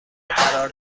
قرار